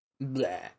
blah